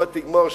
בוא תגמור,